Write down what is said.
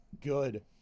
Good